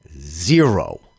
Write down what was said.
zero